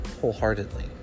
wholeheartedly